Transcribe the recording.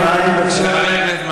בנושא כזה קריטי?